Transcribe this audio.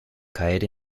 caer